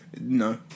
No